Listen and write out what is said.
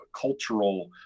cultural